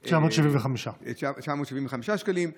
975. 975 שקלים,